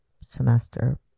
semester